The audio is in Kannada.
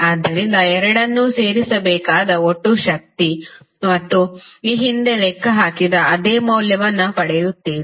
ಆದ್ದರಿಂದ ಎರಡನ್ನೂ ಸೇರಿಸಬೇಕಾದ ಒಟ್ಟು ಶಕ್ತಿ ಮತ್ತು ಈ ಹಿಂದೆ ಲೆಕ್ಕ ಹಾಕಿದ ಅದೇ ಮೌಲ್ಯವನ್ನು ಪಡೆಯುತ್ತೀರಿ